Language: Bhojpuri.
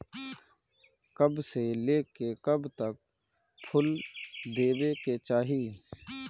कब से लेके कब तक फुल देवे के चाही?